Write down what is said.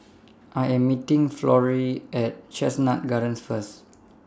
I Am meeting Florie At Chestnut Gardens First